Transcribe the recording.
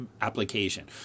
application